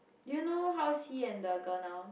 do you know how's he and the girl now